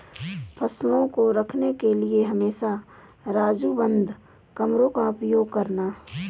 फसलों को रखने के लिए हमेशा राजू बंद कमरों का उपयोग करना